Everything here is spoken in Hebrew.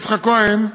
יצחק כהן,